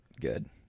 good